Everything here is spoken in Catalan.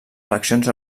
eleccions